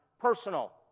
personal